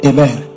Amen